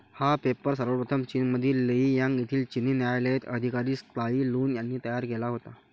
हा पेपर सर्वप्रथम चीनमधील लेई यांग येथील चिनी न्यायालयातील अधिकारी त्साई लुन यांनी तयार केला होता